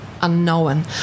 unknown